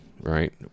right